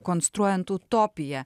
konstruojant utopiją